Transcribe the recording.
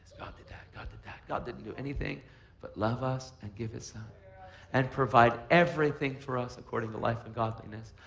did that. god did that. god didn't do anything but love us and give his son and provide everything for us according to life and godliness,